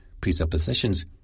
presuppositions